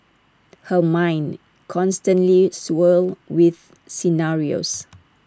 her mind constantly swirled with scenarios